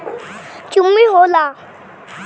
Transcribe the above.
रोजगार खातीर हमरा के लोन लेवे के बा?